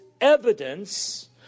evidence